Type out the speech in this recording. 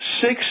six